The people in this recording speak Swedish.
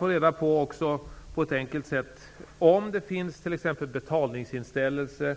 De får också på ett enkelt sätt reda på om det finns betalningsinställelse, om